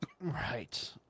Right